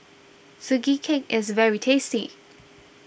Sugee Cake is very tasty